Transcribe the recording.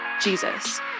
Jesus